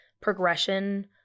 progression